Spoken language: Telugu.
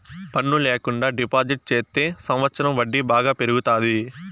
పన్ను ల్యాకుండా డిపాజిట్ చెత్తే సంవచ్చరం వడ్డీ బాగా పెరుగుతాది